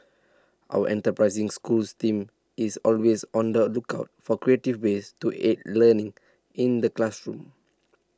our enterprising Schools team is always on the lookout for creative ways to aid learning in the classroom